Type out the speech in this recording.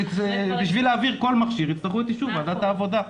בשביל להעביר כל מכשיר יצטרכו את אישור ועדת העבודה,